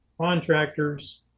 contractors